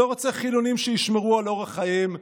לא רוצה חילונים שישמרו על אורח חייהם.